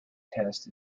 test